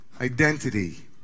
identity